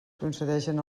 concedeixen